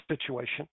situation